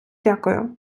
дякую